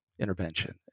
intervention